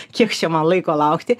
kiek čia man laiko laukti